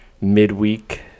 midweek